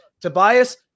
Tobias